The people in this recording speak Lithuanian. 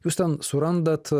jūs ten surandat